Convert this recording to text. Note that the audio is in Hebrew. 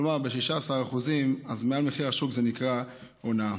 כלומר ב-16% מעל מחיר השוק, זה נקרא הונאה.